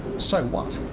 so what.